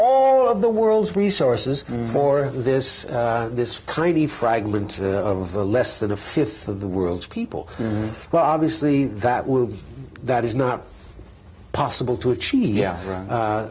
all of the world's resources for this this tiny fragment of less than a th of the world's people well obviously that would that is not possible to achieve yeah